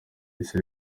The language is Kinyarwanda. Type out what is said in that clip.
isi